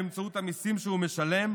באמצעות המיסים שהוא משלם,